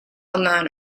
amount